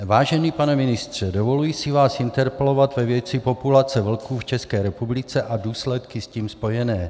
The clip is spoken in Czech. Vážený pane ministře, dovoluji si vás interpelovat ve věci populace vlků v České republice a důsledky s tím spojené.